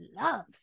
love